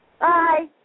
Bye